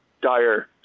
dire